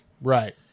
Right